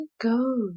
go